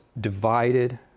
divided